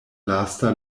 lasta